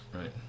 right